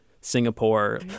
Singapore